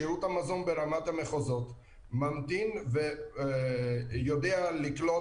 שירות המזון ברמת המחוזות ממתין ויודע לקלוט